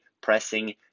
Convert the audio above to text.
pressing